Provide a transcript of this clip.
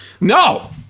No